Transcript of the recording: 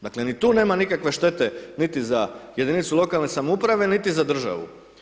Dakle ni tu nema nikakve štete niti za jedinicu lokalne samouprave niti za državu.